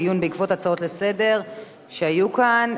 דיון בעקבות הצעות לסדר-היום שהיו כאן.